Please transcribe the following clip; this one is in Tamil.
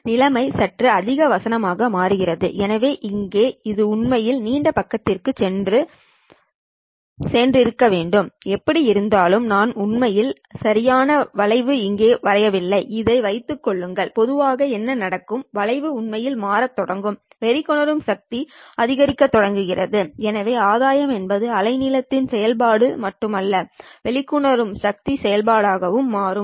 நிலைமை சற்று அதிக வசனமாக மாறுகிறது எனவே இங்கே இது உண்மையில் நீண்ட பக்கத்திற்கு சற்று சென்றிருக்க வேண்டும் எப்படியிருந்தாலும் நான் உண்மையில் சரியான வளைவு இங்கே வரையவில்லை இதை வைத்துக் கொள்ளுங்கள் பொதுவாக என்ன நடக்கும் வளைவு உண்மையில் மாறத் தொடங்கும் வெளிக்கொணரும் சக்தி அதிகரிக்கத் தொடங்குகிறது எனவே ஆதாயம் என்பது அலைநீளத்தின் செயல்பாடு மட்டுமல்ல வெளிக்கொணரும் சக்தி செயல்பாடாகவும் மாறும்